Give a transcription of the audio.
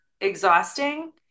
exhausting